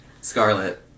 Scarlet